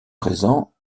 présents